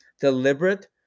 deliberate